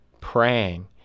praying